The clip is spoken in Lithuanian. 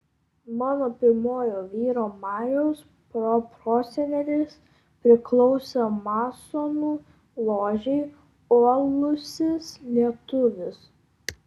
mano pirmojo vyro marijaus proprosenelis priklausė masonų ložei uolusis lietuvis